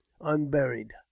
unburied